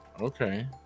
Okay